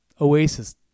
Oasis